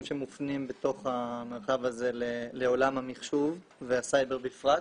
שמופנים בתוך המרחב הזה לעולם המחשוב והסייבר בפרט.